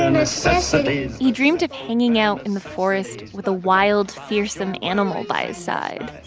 necessities he dreamed of hanging out in the forest with a wild, fearsome animal by his side.